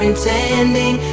intending